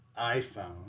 iPhone